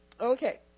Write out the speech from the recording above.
Okay